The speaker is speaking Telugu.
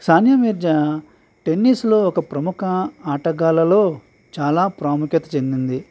సానియా మీర్జా టెన్నిస్లో ఒక ప్రముఖ ఆటగాళ్ళలో చాలా ప్రాముఖ్యత చెందింది